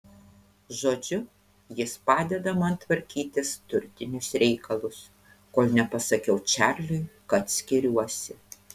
žodžiu jis padeda man tvarkytis turtinius reikalus kol nepasakiau čarliui kad skiriuosi